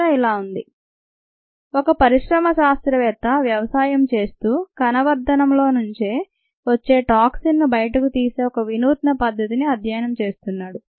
ప్రశ్న ఇలా ఉంది ఒక పరిశ్రమ శాస్త్రవేత్త వ్యవసాయం చేస్తూ కణ వర్ధనం లో నుంచే వచ్చే టాక్సిన్ను బయటకు తీసే ఒక వినూత్న పద్ధతిని అధ్యయనం చేస్తున్నాడు